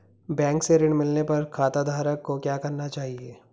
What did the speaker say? Bank से ऋण मिलने पर खाताधारक को क्या करना चाहिए?